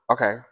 Okay